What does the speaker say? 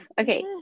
Okay